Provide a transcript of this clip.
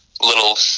little